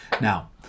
Now